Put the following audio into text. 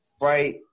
right